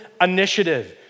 initiative